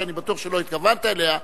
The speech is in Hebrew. שאני בטוח שלא התכוונת אליה,